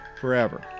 forever